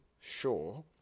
sure